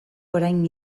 orain